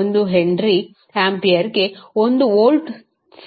1 henry ಆಂಪಿಯರ್ಗೆ 1 volt